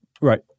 Right